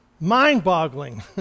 mind-boggling